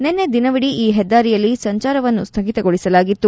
ನಿನ್ನೆ ದಿನವಿಡಿ ಈ ಹೆದ್ಗಾರಿಯಲ್ಲಿ ಸಂಚಾರವನ್ನು ಸ್ನಗಿತಗೊಳಿಸಲಾಗಿತ್ತು